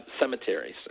cemeteries